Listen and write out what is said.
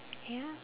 yup